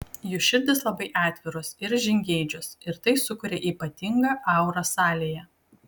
jų širdys labai atviros ir žingeidžios ir tai sukuria ypatingą aurą salėje